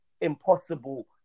impossible